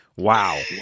Wow